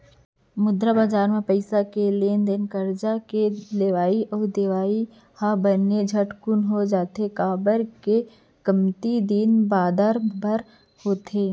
मुद्रा बजार म पइसा के लेन देन करजा के लेवई अउ देवई ह बने झटकून हो जाथे, काबर के कमती दिन बादर बर होथे